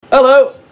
Hello